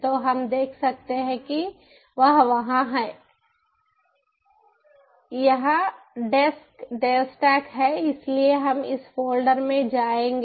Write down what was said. तो हम देख सकते हैं वह वहाँ है की यहां डेस्क देवस्टैक है इसलिए हम इस फोल्डर में जाएंगे